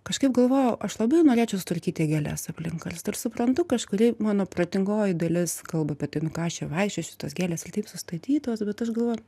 kažkaip galvojau aš labai norėčiau sutvarkyti gėles aplink karstą ir suprantu kažkuri mano protingoji dalis kalba apie tai nu ką čia vaikščiosiu tos gėlės ir taip sustatytos bet aš galvoju